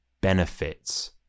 benefits